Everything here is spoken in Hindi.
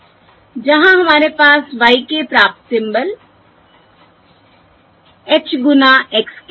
जहाँ हमारे पास y k प्राप्त सिम्बल h गुना x k v k है